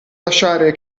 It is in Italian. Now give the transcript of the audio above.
lasciare